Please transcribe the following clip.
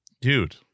Dude